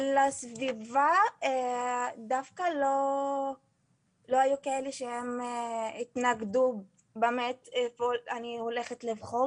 בסביבה דווקא לא היו כאלה שהם התנגדו באמת במה שאני הולכת לבחור.